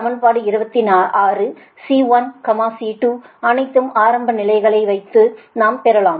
C1 C2 அனைத்தும் ஆரம்ப நிலைகளை வைத்து நாம் பெறலாம்